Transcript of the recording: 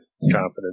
confidence